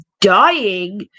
dying